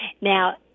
Now